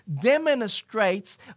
demonstrates